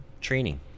training